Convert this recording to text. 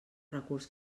recurs